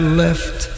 left